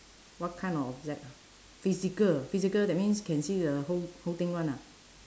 what kind of object ah physical physical that means can see the whole whole thing [one] ah